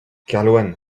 kerlouan